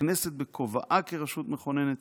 הכנסת בכובעה כרשות מכוננת